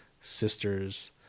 sister's